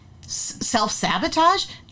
Self-sabotage